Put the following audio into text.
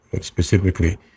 specifically